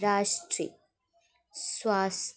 राश्ट्री स्वास्थ